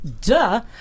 Duh